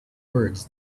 words